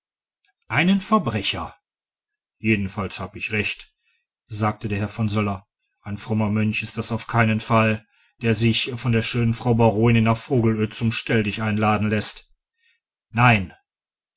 einen verbrecher jedenfalls habe ich recht sagte der herr von söller ein frommer mönch ist das auf keinen fall der sich von der schönen frau baronin nach vogelöd zum stelldichein laden läßt nein